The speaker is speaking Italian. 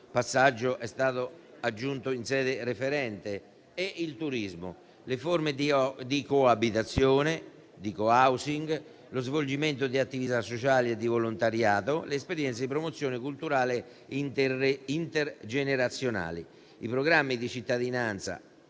passaggio è stato aggiunto in sede referente) e il turismo; le forme di coabitazione e di *co-housing*, lo svolgimento di attività sociali e di volontariato, le esperienze di promozione culturale intergenerazionali; i programmi di cittadinanza